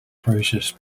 processed